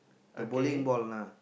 okay